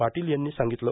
पाटील यांनी सांगितलं